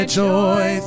joy